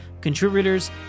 contributors